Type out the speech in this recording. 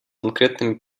конкретными